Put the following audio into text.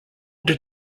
did